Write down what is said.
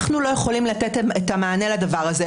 אנחנו לא יכולים לתת את המענה לדבר הזה,